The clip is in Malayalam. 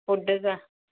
ഫുഡ് ക